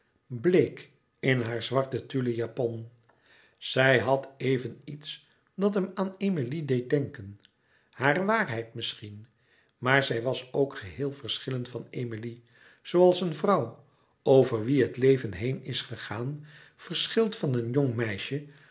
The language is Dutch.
bleek in haar zwarte tullen japon louis couperus metamorfoze zij had even iets dat hem aan emilie deed denken hare waarheid misschien maar zij was ook geheel verschillend van emilie zooals een vrouw over wie het leven heen is gegaan verschilt van een jong meisje